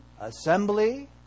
assembly